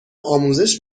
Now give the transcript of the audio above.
آموزش